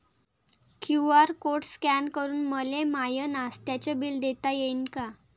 QR code scan करून मले माय नास्त्याच बिल देता येईन का?